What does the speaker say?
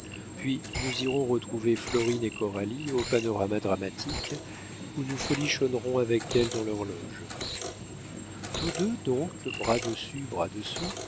puis nous irons retrouver florine et coralie au panorama dramatique où nous folichonnerons avec elles dans leurs loges tous deux donc bras dessus bras dessous